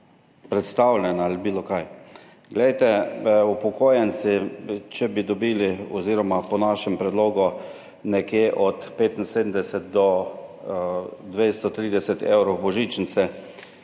predstavljena ali kakorkoli. Glejte, če bi upokojenci dobili oziroma po našem predlogu nekje od 75 do 230 evrov božičnice,